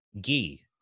ghee